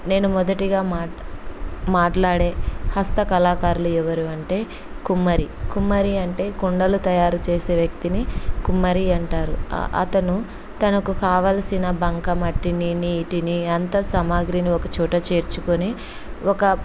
నేను మొదటిగా మా మాట్లాడే హస్త కళాకారులు ఎవరు అంటే కుమ్మరి కుమ్మరి అంటే కుండలు తయారు చేసే వ్యక్తిని కుమ్మరి అంటారు అతను తనకు కావలసిన బంక మట్టిని నీటిని అంత సామాగ్రిని ఒక చోట చేర్చుకొని ఒక